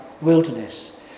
wilderness